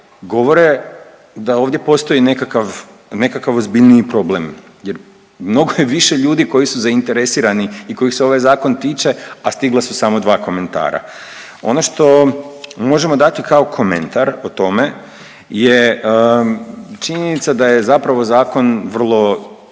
govore da ovdje postoji nekakav ozbiljniji problem jer mnogo je više ljudi koji su zainteresirani i kojih se ovaj Zakon tiče, a stigla su samo dva komentara. Ono što možemo dati kao komentar o tome je činjenica je zapravo zakon vrlo neprohodan.